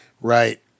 Right